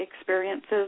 experiences